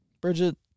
Bridget